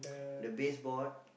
the base board